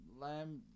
Lamb